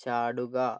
ചാടുക